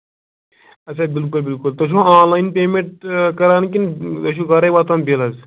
اَچھا بِلکُل بِلکُل تُہۍ چھُو آن لایِن پیمٮ۪نٛٹ کَران کِنہٕ تۅہہِ چھُو گَرَے واتان بِل حظ